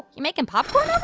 you making popcorn